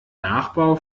nachbau